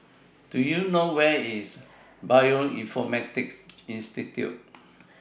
Do YOU know Where IS Bioinformatics Institute